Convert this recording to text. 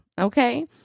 Okay